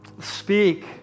Speak